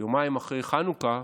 יומיים אחרי חנוכה,